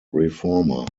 reformer